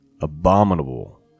abominable